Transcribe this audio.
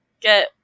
get